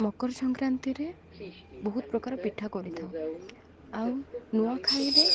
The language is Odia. ମକର ସଂକ୍ରାନ୍ତିରେ ବହୁତ ପ୍ରକାର ପିଠା କରିଥାଉ ଆଉ ନୂଆଁଖାଇରେ